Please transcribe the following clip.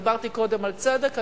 דיברתי קודם על צדק,